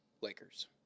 Lakers